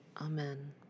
Amen